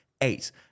eight